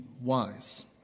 wise